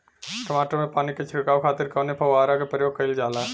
टमाटर में पानी के छिड़काव खातिर कवने फव्वारा का प्रयोग कईल जाला?